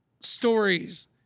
stories